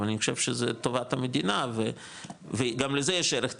אבל אני חושב שזה טובת המדינה וגם לזה יש ערך תקציבי,